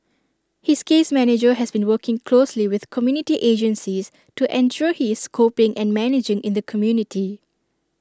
his case manager has been working closely with community agencies to ensure he is coping and managing in the community